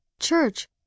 church